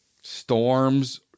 storms